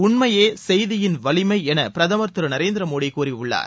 உண்மையே செய்தின் வலிமை என பிரதமர் திரு நரேந்திர மோடி கூறியுள்ளார்